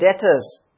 debtors